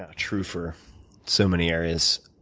ah true for so many areas.